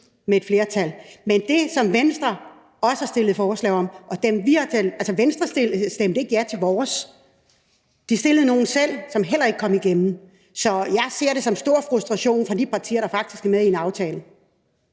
med et flertal. Altså, Venstre stemte ikke ja til vores – de stillede nogle selv, som heller ikke kom igennem. Så jeg ser det som en stor frustration fra de partier, der faktisk var med i en aftale.